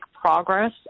progress